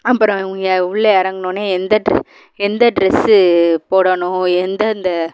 அப்புறம் இங்கே உள்ளே இறங்குனனோன்னே எந்த ட்ரெஸ் எந்த ட்ரெஸ்ஸு போடணும் எந்தெந்த